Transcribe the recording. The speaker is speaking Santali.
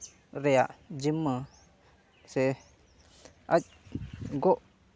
ᱨᱮᱭᱟᱜ ᱡᱤᱢᱢᱟᱹ ᱥᱮ ᱟᱡ ᱜᱚᱜ